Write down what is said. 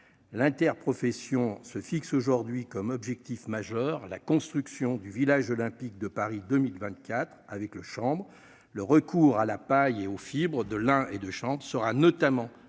l'inter-profession se fixe aujourd'hui comme objectif majeur : la construction du village olympique de Paris 2024 avec le chambre : le recours à la paille et. Fibre de lin et de chante sera notamment accrue